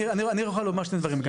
אני יכול לומר שני דברים.